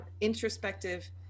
introspective